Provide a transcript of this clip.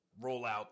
rollout